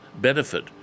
benefit